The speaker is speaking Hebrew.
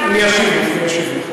אני אשיב לך.